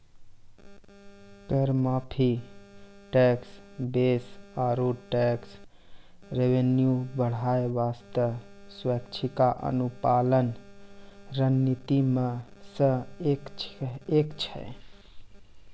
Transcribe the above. कर माफी, tax base आरो टैक्स रेवेन्यू बढ़ाय बासतें स्वैछिका अनुपालन रणनीति मे सं एक छै